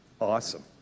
Awesome